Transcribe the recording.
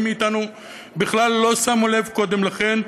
מאתנו בכלל לא שמו לב אליה קודם לכן,